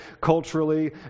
culturally